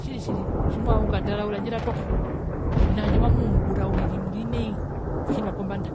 Tjiri tjiri tjimohara okutatara tjandje ratoko mena rokutja tajndje mamuungura muri nai kehi nokombanda,